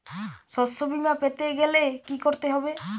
শষ্যবীমা পেতে গেলে কি করতে হবে?